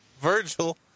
Virgil